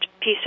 piece